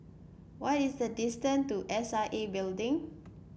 what is the distance to S I A Building